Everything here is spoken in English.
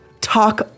talk